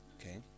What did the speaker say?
Okay